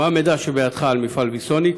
1. מה המידע שבידך על מפעל ויסוניק?